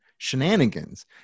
shenanigans